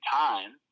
time